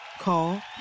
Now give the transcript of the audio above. Call